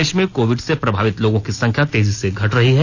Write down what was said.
देश में कोविड से प्रभावित लोगों की संख्या तेजी से घट रही है